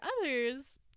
others